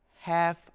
half